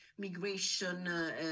migration